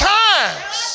times